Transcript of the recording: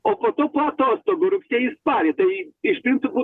o po to po atostogų rugsėjį spalį tai iš principo